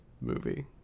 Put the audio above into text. movie